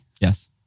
Yes